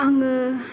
आङो